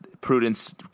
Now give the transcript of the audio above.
Prudence